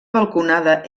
balconada